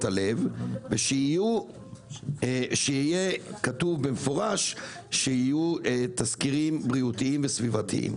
הלב ושיהיה כתוב במפורש שיהיו תסקירים בריאותיים וסביבתיים.